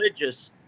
religious